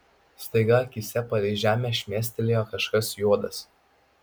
staiga akyse palei žemę šmėstelėjo kažkas juodas